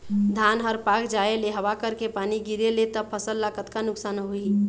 धान हर पाक जाय ले हवा करके पानी गिरे ले त फसल ला कतका नुकसान होही?